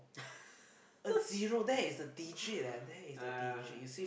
yeah